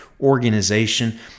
organization